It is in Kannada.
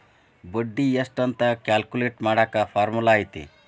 ಬಡ್ಡಿ ಎಷ್ಟ್ ಅಂತ ಕ್ಯಾಲ್ಕುಲೆಟ್ ಮಾಡಾಕ ಫಾರ್ಮುಲಾ ಐತಿ